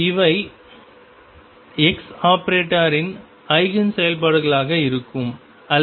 இவை x ஆபரேட்டரின் ஐகேன் செயல்பாடுகளாக இருக்கும் அல்லது p0